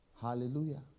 Hallelujah